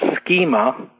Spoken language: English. schema